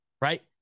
Right